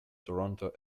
toronto